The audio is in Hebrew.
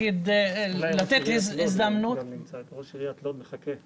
ראש עיריית לוד מחכה בזום.